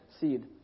seed